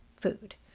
food